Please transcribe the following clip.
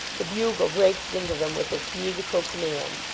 the bugle breaks into them with its musical command.